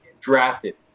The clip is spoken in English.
drafted